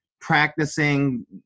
practicing